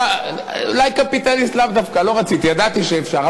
אולי קפיטליסט, לאו דווקא, לא רציתי, ידעתי שאפשר.